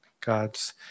God's